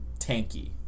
tanky